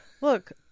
look